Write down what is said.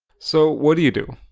so, what do you do?